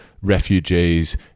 refugees